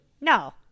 No